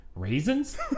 Raisins